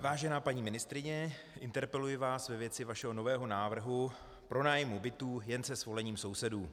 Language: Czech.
Vážená paní ministryně, interpeluji vás ve věci vašeho nového návrhu pronájmu bytů jen se svolením sousedů.